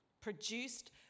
produced